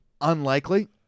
Unlikely